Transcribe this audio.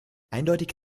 eindeutig